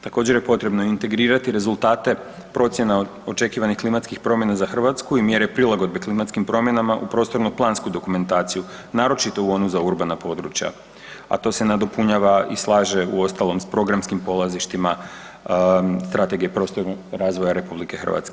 Također je potrebno integrirati rezultate procjena očekivanih klimatskih promjena za Hrvatsku i mjere prilagodbe klimatskim promjenama u prostorno-plansku dokumentaciju, naročito u onu za urbana područja, a to se nadopunjava i slaže uostalom s programskim polazištima Strategije prostornog razvoja RH.